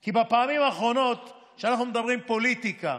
כי בפעמים האחרונות שאנחנו מדברים פוליטיקה,